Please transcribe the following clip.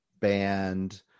band